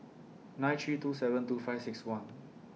nine three two seven two five six one